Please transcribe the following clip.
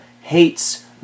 hates